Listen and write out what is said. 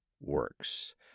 works